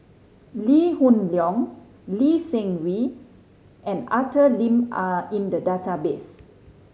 Lee Hoon Leong Lee Seng Wee and Arthur Lim are in the database